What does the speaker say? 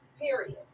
Period